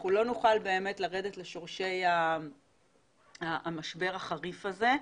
אנחנו לא נוכל באמת לרדת לשורשי המשבר החריף הזה.